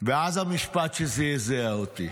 ואז המשפט שזעזע אותי: